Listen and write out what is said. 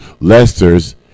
Lester's